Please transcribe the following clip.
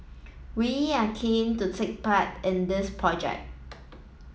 we are keen to take part in this project